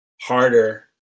harder